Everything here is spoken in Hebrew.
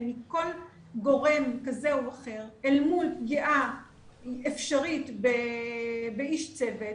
מכל גורם כזה או אחר אל מול פגיעה אפשרית באיש צוות,